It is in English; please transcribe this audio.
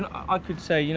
i could say, you know